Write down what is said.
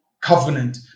covenant